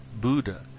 Buddha